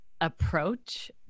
approach